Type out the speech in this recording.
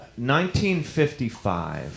1955